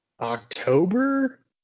October